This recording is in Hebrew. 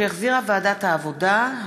שהחזירה ועדת העבודה,